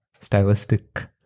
stylistic